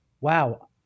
wow